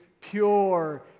pure